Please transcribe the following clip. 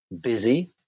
busy